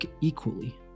equally